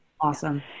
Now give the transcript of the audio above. Awesome